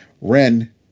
Ren